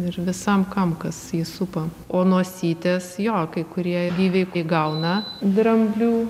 ir visam kam kas jį supa o nosytės jo kai kurie gyviai įgauna dramblių